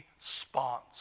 response